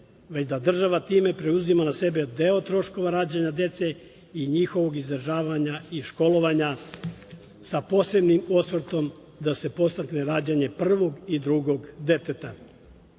već da država time preuzima na sebe deo troškova rađanja dece i njihovog izdržavanja i školovanja, sa posebnim osvrtom da se podstakne rađanje prvog i drugog deteta,